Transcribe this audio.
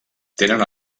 tenen